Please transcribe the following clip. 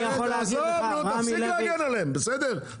תפסיק להגן עליהם, בסדר?